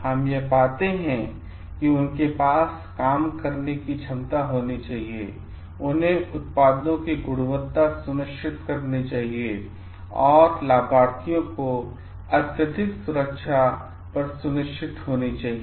हम पाते हैं कि उनके पास काम करने की क्षमता होनी चाहिए उन्हें उत्पादों की गुणवत्ता सुनिश्चित करना चाहिए और लाभार्थियों की अत्याधिक सुरक्षा पर सुनिश्चित होनी चाहिए